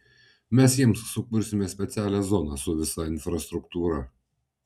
mes jiems sukursime specialią zoną su visa infrastruktūra